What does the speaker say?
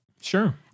Sure